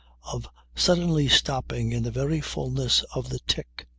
of suddenly stopping in the very fulness of the tick.